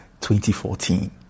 2014